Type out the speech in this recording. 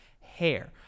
hair